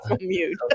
mute